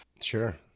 Sure